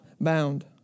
bound